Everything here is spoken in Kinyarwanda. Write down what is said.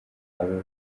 abo